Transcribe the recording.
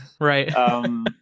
right